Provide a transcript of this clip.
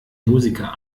musiker